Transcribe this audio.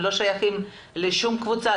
הם לא שייכים לשום קבוצה,